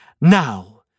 Now